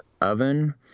oven